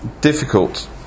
difficult